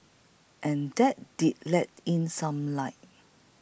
and that did let in some light